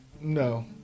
No